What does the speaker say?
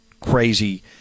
crazy